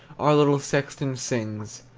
our little sexton sings.